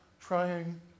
trying